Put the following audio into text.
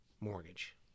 mortgage